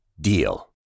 DEAL